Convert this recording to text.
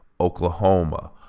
Oklahoma